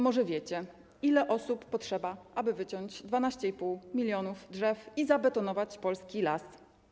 Może wiecie, ile osób potrzeba, aby wyciąć 12,5 mln drzew i zabetonować polski las?